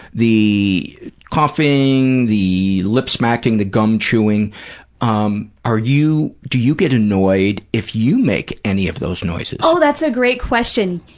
the coughing, the lip-smacking, the gum-chewing, um are you, do you get annoyed if you make any of those noises? oh, that's a great question.